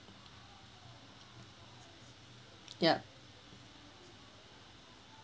ya